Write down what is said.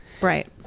Right